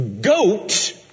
goat